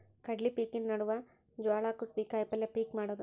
ಕಡ್ಲಿ ಪಿಕಿನ ನಡುವ ಜ್ವಾಳಾ, ಕುಸಿಬಿ, ಕಾಯಪಲ್ಯ ಪಿಕ್ ಮಾಡುದ